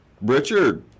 Richard